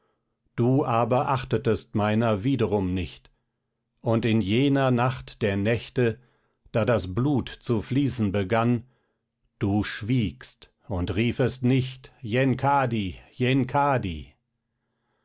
du aber achtetest meiner wiederum nicht und in jener nacht der nächte da das blut zu fließen begann du schwiegst und riefest nicht